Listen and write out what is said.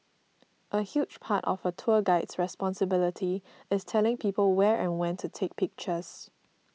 a huge part of a tour guide's responsibilities is telling people where and when to take pictures